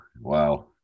wow